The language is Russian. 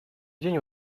день